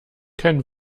kein